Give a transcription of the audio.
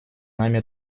нами